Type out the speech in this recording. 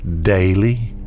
daily